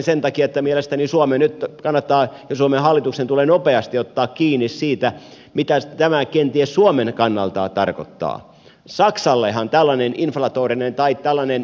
sen takia että mielestäni suomen nyt kannattaa ja suomen hallituksen tulee nopeasti ottaa kiinni siitä mitä tämä kenties suomen kannalta tarkoittaa saksalle hankala niin inflatorinen tai talonen